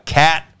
cat